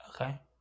okay